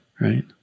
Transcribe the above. right